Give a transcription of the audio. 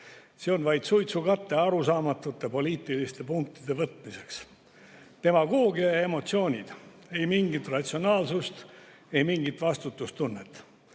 See on vaid suitsukate arusaamatute poliitiliste punktide võtmiseks. Demagoogia ja emotsioonid. Ei mingit ratsionaalsust, ei mingit vastutustunnet.